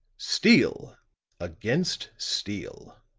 steel against steel